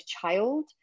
child